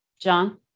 John